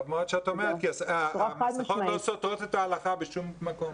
טוב מאוד שאת אומרת כי המסכות לא סותרות את ההלכה בשום מקום.